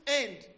end